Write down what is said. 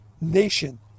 nation